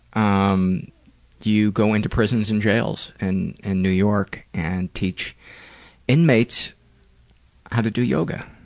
um you go into prisons and jails and in new york and teach inmates how to do yoga.